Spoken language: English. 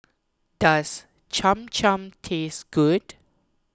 does Cham Cham taste good